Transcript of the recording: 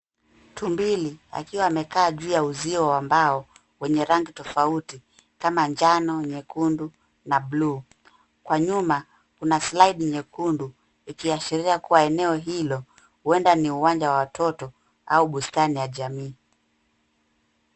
Tumbili akiwa amekaa juu ya uzio wa mbao wenye rangi tofauti kama njano, nyekundu na buluu kwa nyuma kuna slide[cs ]nyekundu ikiashiria kuwa eneo hilo huenda ni uwanja wa watoto au bustani ya jamii.